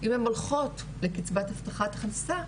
אם הן הולכות לקצבת הבטחת הכנסה,